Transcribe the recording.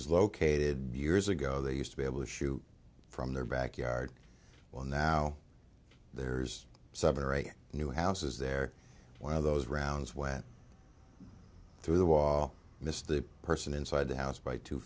is located years ago they used to be able to shoot from their backyard well now there's seven or eight new houses there one of those rounds went through the wall missed the person inside the house by two